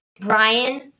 Brian